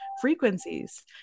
frequencies